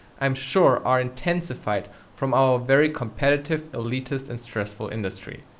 i'm sure, are intensified from our very competitive, elitist and stressful industry.